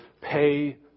pay